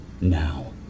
Now